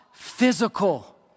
Physical